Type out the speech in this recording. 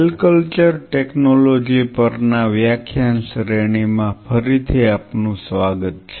cell culture technology પર ના વ્યાખ્યાન શ્રેણીમાં ફરીથી આપનું સ્વાગત છે